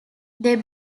they